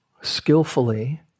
skillfully